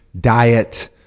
diet